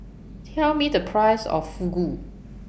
Tell Me The Price of Fugu